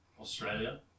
Australia